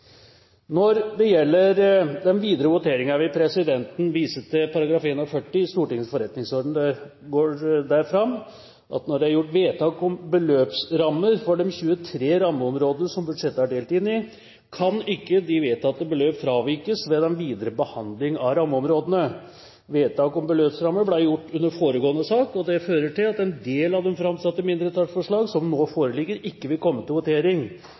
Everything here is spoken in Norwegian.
Når det gjelder den videre votering, vil presidenten henvise til § 21 i Stortingets forretningsorden. Der går det fram at når det er gjort vedtak om beløpsrammer for de 23 rammeområdene som budsjettet er delt inn i, kan ikke de vedtatte beløp fravikes ved den videre behandling av rammeområdene. Vedtak om beløpsrammer ble gjort under foregående sak, og det fører til at en del av de framsatte mindretallsforslag som nå foreligger, ikke vil komme til votering